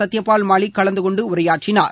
சத்யபால் மாலிக் கலந்துக்கொண்டு உரையாற்றினார்